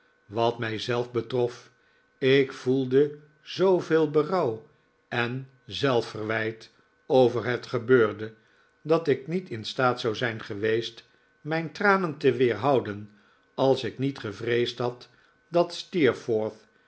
wat mij zelf betrof ik voelde zooveel berouw en zelfverwijt over het gebeurde dat ik niet in staat zou zijn geweest mijn tranen te weerhouden als ik niet gevreesd had dat